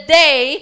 day